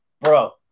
bro